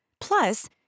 Plus